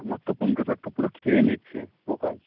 আমার তো পুন্তে শাকটা পুরো খেয়ে নিচ্ছে পোকায়